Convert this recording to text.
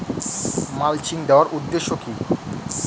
Mulching দেওয়ার উদ্দেশ্য কি?